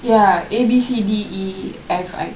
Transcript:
ya A B C D E F I